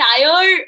entire